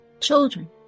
Children